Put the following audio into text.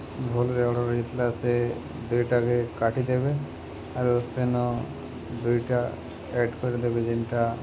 ଭୁଲ୍ରେ ଅର୍ଡ଼ର୍ ହେଇଯାଇଥିଲା ସେ ଦୁଇଟାକେ କାଟିଦେବେ ଆରୁ ସେନ ଦୁଇଟା ଆଡ଼୍ କରିଦେବେ ଯେନ୍ଟା